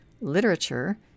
literature